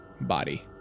body